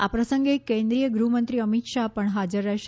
આ પ્રસંગે કેન્દ્રીય ગૃહમંત્રી અમિત શાહ પણ હાજર રહેશે